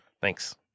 thanks